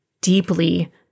deeply